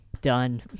done